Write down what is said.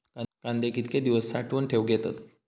कांदे कितके दिवस साठऊन ठेवक येतत?